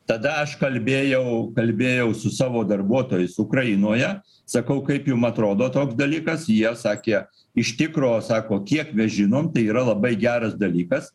tada aš kalbėjau kalbėjau su savo darbuotojais ukrainoje sakau kaip jum atrodo toks dalykas jie sakė iš tikro sako kiek mes žinom yra labai geras dalykas